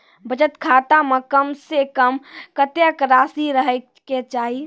बचत खाता म कम से कम कत्तेक रासि रहे के चाहि?